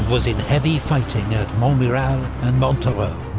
was in heavy fighting at montmirail and montereau.